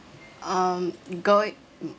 um going